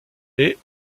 est